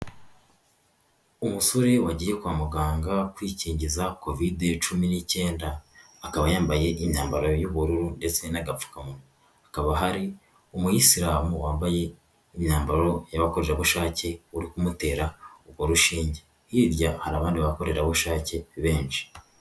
Umusore wagiye kwa muganga kwikingiza Kovide cumi n'icyenda. Akaba yambaye imyambaro y'ubururu ndetse n'agapfukamunwa. Hakaba hari umuyisilamu wambaye imyambaro y'abakorerabushake uri kumutera urwo rushinge, hirya hari abandi bakorerabushake benshi.